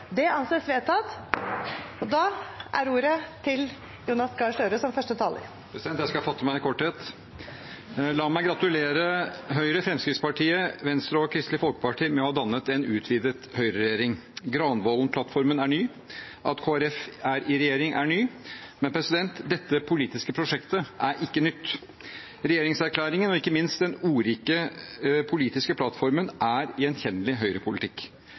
Det anses vedtatt. Jeg skal fatte meg i korthet. La meg gratulere Høyre, Fremskrittspartiet, Venstre og Kristelig Folkeparti med å ha dannet en utvidet høyreregjering. Granavolden-plattformen er ny, at Kristelig Folkeparti er i regjering er nytt, men dette politiske prosjektet er ikke nytt. Regjeringserklæringen, og ikke minst den ordrike politiske plattformen, er gjenkjennelig høyrepolitikk.